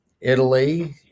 Italy